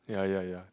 ya ya ya